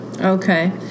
Okay